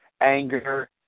anger